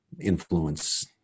influence